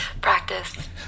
Practice